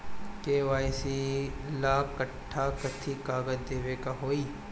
KYC ला कट्ठा कथी कागज देवे के होई?